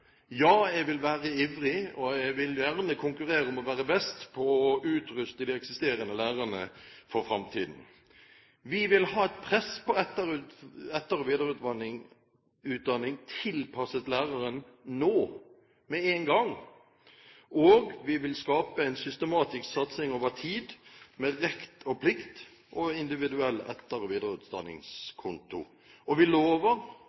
Ja, jeg vil være ivrig. Jeg vil gjerne konkurrere om å være best på å utruste eksisterende lærere for framtiden. Vi vil ha et press på etter- og videreutdanning tilpasset læreren nå med én gang, og vi vil skape en systematisk satsing over tid, med rett og plikt og individuell etter- og videreutdanningskonto. Vi lover